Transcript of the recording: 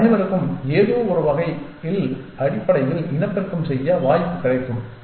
அவர்கள் அனைவருக்கும் ஏதோவொரு வகையில் அடிப்படையில் இனப்பெருக்கம் செய்ய வாய்ப்பு கிடைக்கும்